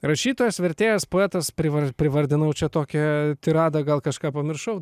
rašytojas vertėjas poetas privar privardinau čia tokią tiradą gal kažką pamiršau